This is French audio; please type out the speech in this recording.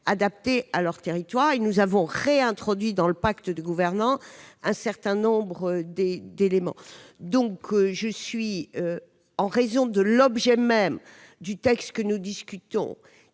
adaptée à leur territoire. Nous avons réintroduit, dans le pacte de gouvernance, un certain nombre d'éléments. En raison de l'objet même du texte que nous discutons,